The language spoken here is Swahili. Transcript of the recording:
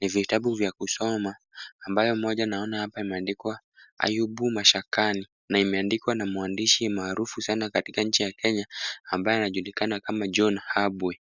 Ni vitabu vya kusoma ambayo moja naona hapa imeandikwa Ayubu mashakani na imeandikwa na mwandishi maarufu sana katika nchi ya Kenya ambaye anajulikana kama John Habwe.